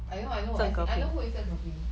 I know I know as in I know who is Zheng Ke Ping